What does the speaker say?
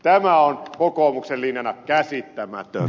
tämä on kokoomuksen linjana käsittämätön